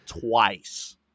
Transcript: twice